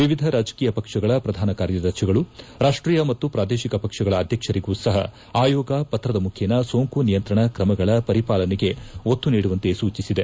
ವಿವಿಧ ರಾಜಕೀಯ ಪಕ್ಷಗಳ ಪ್ರಧಾನ ಕಾರ್ಯದರ್ಶಿಗಳು ರಾಷ್ಟೀಯ ಮತ್ತು ಪ್ರಾದೇಶಿಕ ಪಕ್ಷಗಳ ಅಧ್ಯಕ್ಷರಿಗೂ ಸಹ ಆಯೋಗ ಪತ್ರದ ಮುಖೇನ ಸೋಂಕು ನಿಯಂತ್ರಣ ಕ್ರಮಗಳ ಪರಿಪಾಲನೆಗೆ ಒತ್ತು ನೀಡುವಂತೆ ಸೂಚಿಸಿದೆ